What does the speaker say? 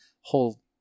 whole